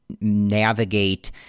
navigate